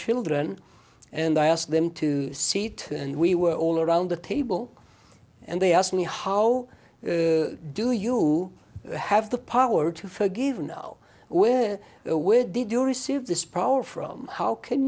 children and i asked them to seat and we were all around the table and they asked me how do you have the power to forgive know where or where did you receive this problem from how can